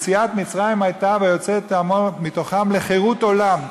יציאת מצרים הייתה "ויוצא את עמו מתוכם לחרות עולם".